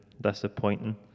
disappointing